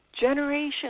Generation